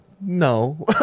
no